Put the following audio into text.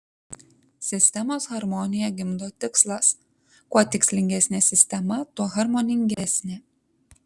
sistemos harmoniją gimdo tikslas kuo tikslingesnė sistema tuo harmoningesnė